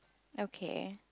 okay